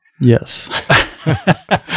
Yes